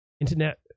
internet